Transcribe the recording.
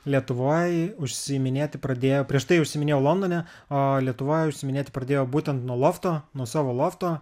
lietuvoj užsiiminėti pradėjau prieš tai užsiminiau londone o lietuvoj užsiiminėti pradėjau būtent nuo lofto nuo savo lofto